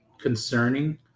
concerning